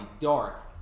Dark